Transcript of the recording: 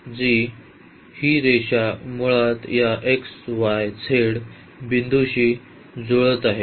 जी ही रेषा मूळात या x y z बिंदूशी जुळत आहे